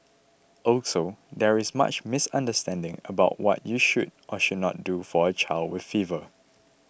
also there is much misunderstanding about what you should or should not do for a child with fever